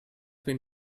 been